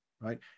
right